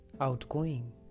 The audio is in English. outgoing